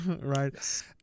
right